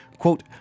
Quote